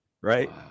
right